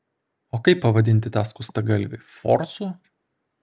o kaip pavadinti tą skustagalvį forsu